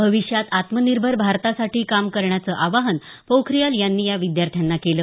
भविष्यात आत्मनिर्भर भारतासाठी काम करण्याचं आवाहन पोखरियाल यांनी या विद्यार्थ्यांना केलं